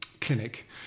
clinic